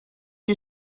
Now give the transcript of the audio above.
you